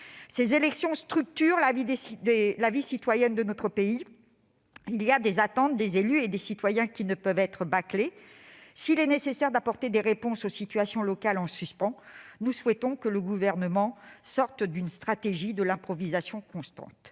Ces élections structurent la vie citoyenne de notre pays ; certaines attentes des élus et des citoyens ne sauraient être bâclées. S'il est nécessaire d'apporter des réponses aux situations locales en suspens, nous souhaitons que le Gouvernement sorte d'une stratégie de l'improvisation constante.